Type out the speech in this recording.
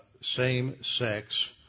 same-sex